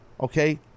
Okay